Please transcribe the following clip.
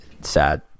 Sad